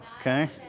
Okay